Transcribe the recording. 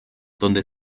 donde